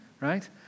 right